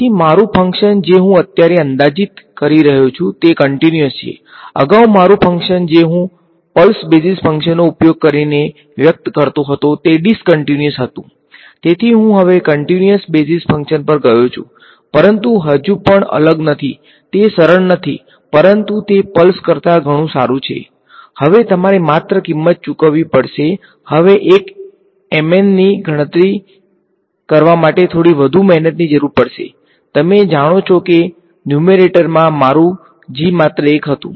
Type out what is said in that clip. તેથી મારું ફંકશન જે હું અત્યારે અંદાજી રહ્યો છું તે કંટીન્યુઅસ મારું g માત્ર 1 હતું